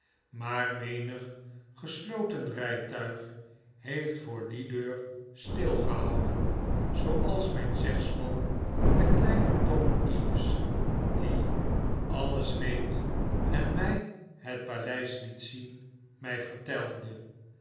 maar menig gesloten rijtuig heeft voor die deur stilgehouden zooals mijn zegsman de kleine tom eaves die alles weet en mij het paleis liet zien mij vertelde